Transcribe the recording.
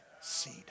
seed